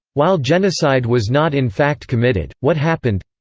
while genocide was not in fact committed, what happened.